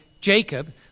Jacob